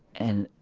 and